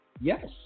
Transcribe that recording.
yes